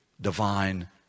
divine